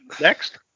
Next